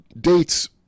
dates